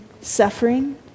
suffering